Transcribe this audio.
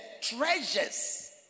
treasures